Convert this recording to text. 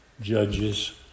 Judges